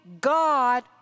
God